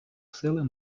сили